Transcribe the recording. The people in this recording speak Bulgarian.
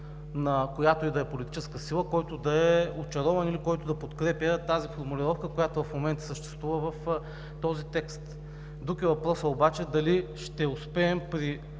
на която и да е политическа сила, който да е очарован или който да подкрепя тази формулировка, която в момента съществува в този текст. Друг е въпросът обаче, дали ще успеем при